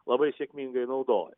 labai sėkmingai naudoja